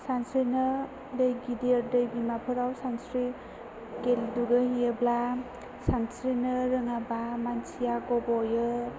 सानस्रिनो दै गिदिर दै बिमा फोराव दुगै हैयोब्ला सानस्रिनो रोङाबा मानसिया गब'यो